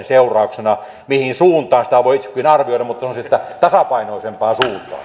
seurauksena mihin suuntaan sitä voi itse kukin arvioida mutta sanoisin että tasapainoisempaan suuntaan